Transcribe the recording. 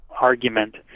argument